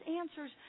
answers